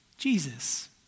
Jesus